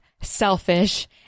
selfish